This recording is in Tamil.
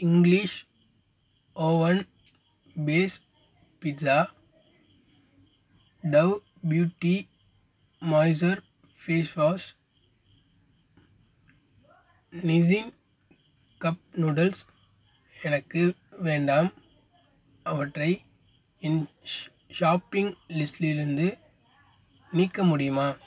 English oven base pizza dough beauty moisture face wash Nissin cup noodles எனக்கு வேண்டாம் அவற்றை என் ஷா ஷாப்பிங் லிஸ்ட்டிலிருந்து நீக்க முடியுமா